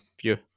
view